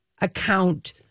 account